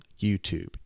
YouTube